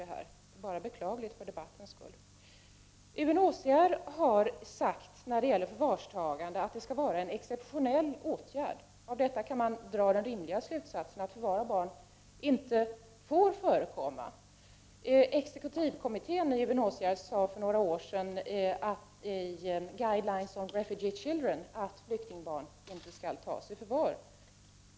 Det är beklagligt för debattens skull. UNHCR har uttalat, när det gäller förvarstagande av barn, att det skall vara en exceptionell åtgärd. Därav kan man dra den rimliga slutsatsen att förvar av barn inte får förekomma. Exekutivkommittén i UNHCR sade för några år sedan i Guidelines on Refugee Children att flyktingbarn inte skall tas i förvar.